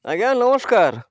ଆଜ୍ଞା ନମସ୍କାର